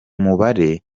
mubare